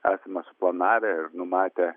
esame suplanavę ir numatę